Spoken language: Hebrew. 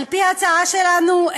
על-פי ההצעה שלנו,